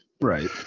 right